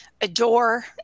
adore